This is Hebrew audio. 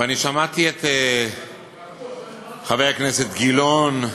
ואני שמעתי את חבר הכנסת גילאון,